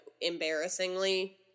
embarrassingly